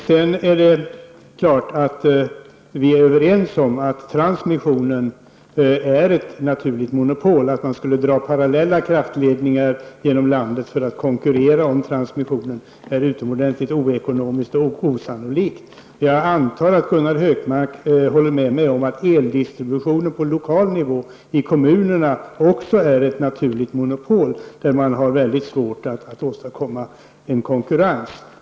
Självfallet är vi överens om att transmissionen är ett naturligt monopol. Att man skulle dra parallella kraftredningar genom landet för att konkurrera om transmissionen är utomordentligt oekonomiskt och osannolikt. Jag antar att Gunnar Hökmark håller med mig om att också eldistributionen på lokal nivå i kommunerna är ett naturligt monopol där man har mycket svårt att åstadkomma en konkurrens.